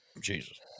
Jesus